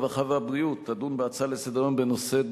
הרווחה והבריאות תדון בהצעות לסדר-היום בנושא: